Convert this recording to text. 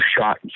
shot